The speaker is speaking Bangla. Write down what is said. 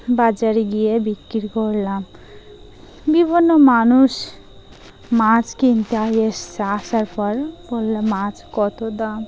বাজারে গিয়ে বিক্রি করলাম বিভিন্ন মানুষ মাছ কিনতে এসছে আসার পর বললাম মাছ কত দাম